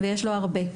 ויש לו הרבה.